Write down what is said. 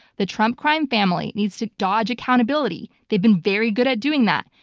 the trump crime family needs to dodge accountability. they've been very good at doing that.